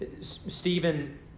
Stephen